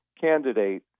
candidate